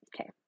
Okay